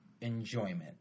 enjoyment